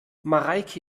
mareike